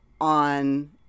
on